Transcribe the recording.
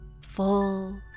full